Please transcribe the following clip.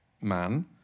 man